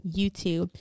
YouTube